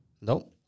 No